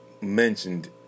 mentioned